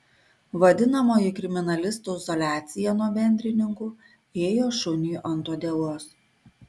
vadinamoji kriminalistų izoliacija nuo bendrininkų ėjo šuniui ant uodegos